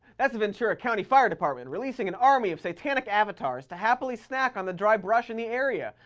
that's the ventura county fire department releasing an army of satanic avatars to happily snack on the dry brush in the area,